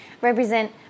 represent